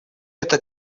это